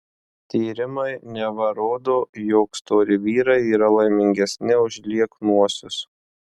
tyrimai neva rodo jog stori vyrai yra laimingesni už lieknuosius